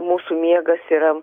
mūsų miegas yra